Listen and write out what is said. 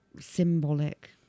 symbolic